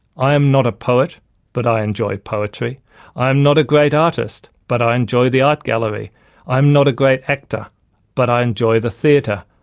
i am not a poet but i enjoy poetry i am not a great artist but i enjoy the art gallery i am not a great actor but i enjoy the theatre.